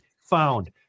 found